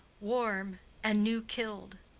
warm and new kill'd.